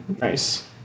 Nice